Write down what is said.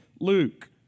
Luke